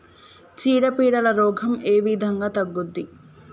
చీడ పీడల రోగం ఏ విధంగా తగ్గుద్ది?